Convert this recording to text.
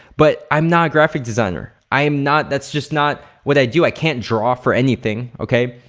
but i'm not a graphic designer. i am not, that's just not what i do. i can't draw for anything, okay?